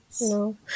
No